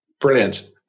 Brilliant